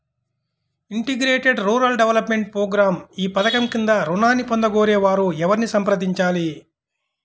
Integrated rural development programme ఈ పధకం క్రింద ఋణాన్ని పొందగోరే వారు ఎవరిని సంప్రదించాలి?